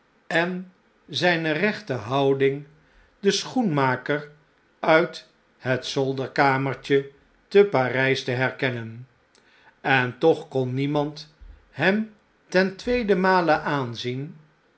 en pakijs ding den schoenmaker uit het zolderkanoertje te parjjs te herkennen en toch kon niemand hem ten tweeden male aanzien